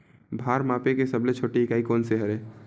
भार मापे के सबले छोटे इकाई कोन सा हरे?